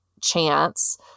chance